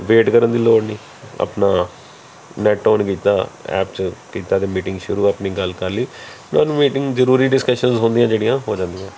wait ਕਰਨ ਦੀ ਲੋੜ ਨਹੀਂ ਆਪਣਾ ਨੈਟ ਓਨ ਕੀਤਾ ਐਪ 'ਚ ਕੀਤਾ ਅਤੇ ਮੀਟਿੰਗ ਸ਼ੁਰੂ ਆਪਣੀ ਗੱਲ ਕਰ ਲਈ ਹੁਣ ਮੀਟਿੰਗ ਜ਼ਰੂਰੀ ਡਿਸਕਸ਼ਨ ਹੁੰਦੀਆਂ ਜਿਹੜੀਆਂ ਹੋ ਜਾਂਦੀਆਂ